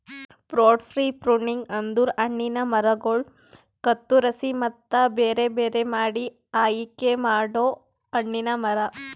fruit tree pruning ಅಂದುರ್ ಹಣ್ಣಿನ ಮರಗೊಳ್ ಕತ್ತುರಸಿ ಮತ್ತ ಬೇರೆ ಬೇರೆ ಮಾಡಿ ಆಯಿಕೆ ಮಾಡೊ ಹಣ್ಣಿನ ಮರ